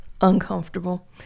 uncomfortable